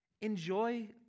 Enjoy